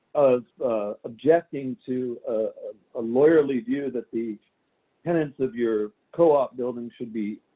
of objecting to a ah lawyerly view that the tenants of your co-op building should be